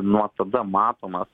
nuo tada matomas